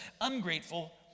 ungrateful